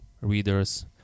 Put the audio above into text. readers